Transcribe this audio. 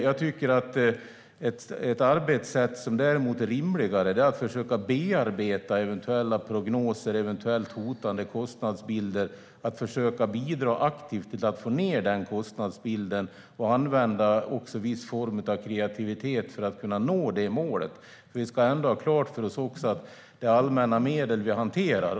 Ett rimligare arbetssätt är att försöka bearbeta eventuella prognoser och eventuellt hotande kostnadsbilder och bidra aktivt till att få ned kostnadsbilden och använda viss kreativitet för att kunna nå målet. Vi ska ha klart för oss att det är allmänna medel vi hanterar.